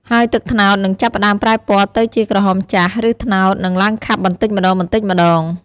ហើយទឹកត្នោតនឹងចាប់ផ្តើមប្រែពណ៌ទៅជាក្រហមចាស់ ឬត្នោត និងឡើងខាប់បន្តិចម្ដងៗ។